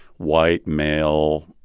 white, male,